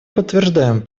подтверждаем